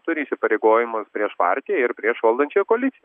turi įsipareigojimų ir prieš partiją ir prieš valdančiąją koaliciją